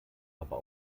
aber